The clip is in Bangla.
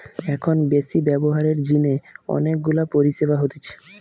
এখন বেশি ব্যবহারের জিনে অনেক গুলা পরিষেবা হতিছে